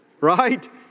Right